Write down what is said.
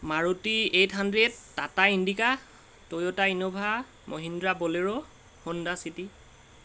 Maruti eight hundred Tata Indica Toyota Innova Mahindra bolero Honda city